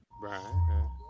Right